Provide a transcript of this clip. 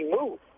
move